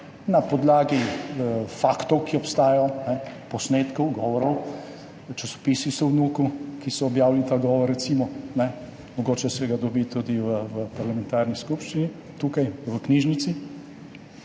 na podlagi faktov, ki obstajajo, posnetkov, govorov, časopisov, ki so objavili ta govor in so v NUK, recimo, mogoče se ga dobi tudi v Parlamentarni skupščini in tukaj v knjižnici.